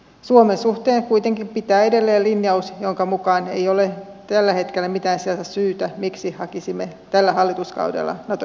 suomen suhteen kuitenkin pitää edelleen linjaus jonka mukaan ei ole tällä hetkellä mitään sellaista syytä miksi hakisimme tällä hallituskaudella nato jäsenyyttä